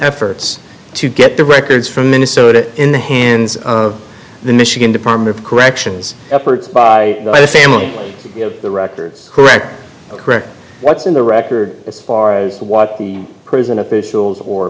efforts to get the records from minnesota in the hands of the michigan department of corrections efforts by the family the records correct correct what's in the record as far as what prison officials or